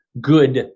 good